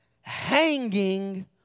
hanging